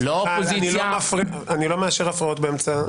אני לא מאשר הפרעות באמצע.